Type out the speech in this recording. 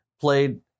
played